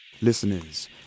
Listeners